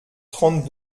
trente